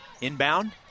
inbound